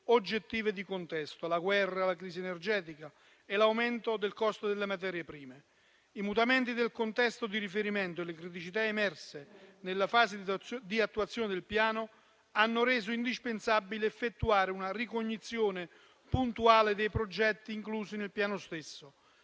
oggettive di contesto: la guerra, la crisi energetica e l'aumento del costo delle materie prime. I mutamenti del contesto di riferimento e le criticità emerse nella fase di attuazione del Piano hanno reso indispensabile effettuare una ricognizione puntuale dei progetti inclusi nel Piano stesso,